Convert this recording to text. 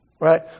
right